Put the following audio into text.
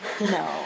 No